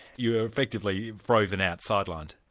you were effectively frozen out, sidelined.